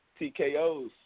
TKOs